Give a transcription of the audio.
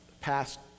past